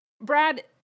Brad